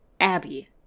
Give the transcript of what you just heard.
Abby